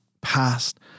past